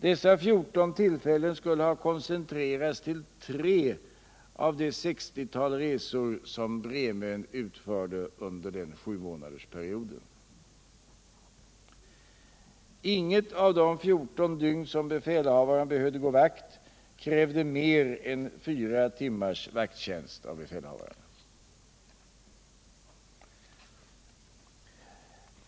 Dessa 14 tillfällen skulle ha koncentrerats till tre av det 60-tal resor som Bremön utförde under sjumånadersperioden. Inget av de 14 dygn befälhavaren behövde gå vakt krävdes det mer än fyra timmars vakttjänst av honom.